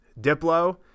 Diplo